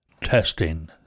testing